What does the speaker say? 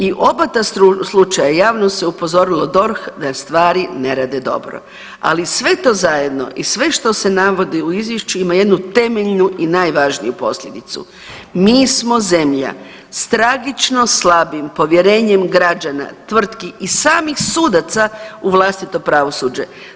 I oba ta slučaja, javno se upozorilo DORH da stvari ne rade dobro, ali sve to zajedno i sve što se navodi u izvješću ima jednu temeljnu i najvažniju posljedicu, mi smo zemlja s tragično slabim povjerenjem građana, tvrtki i samih sudaca u vlastito pravosuđe.